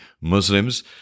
Muslims